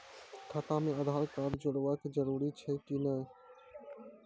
खाता म आधार कार्ड जोड़वा के जरूरी छै कि नैय?